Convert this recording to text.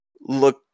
look